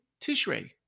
Tishrei